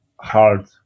hard